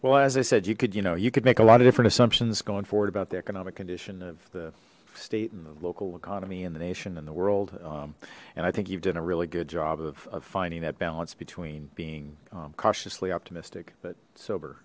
well as i said you could you know you could make a lot of different assumptions going forward about the economic condition of the state and the local economy in the nation and the world and i think you've done a really good job of finding that balance between being cautiously optimistic but sober